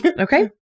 Okay